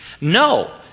No